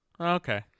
Okay